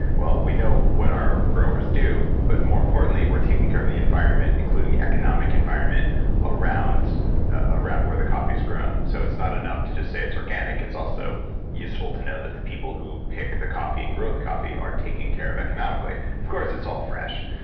well, we know what our growers do, but more importantly we're taking care of the environment, including the economic environment around around where the coffee's grown so it's not enough to just say it's organic, it's also useful to know that the people who pick the coffee and grow the coffee are taking care of economically. of course, it's all fresh.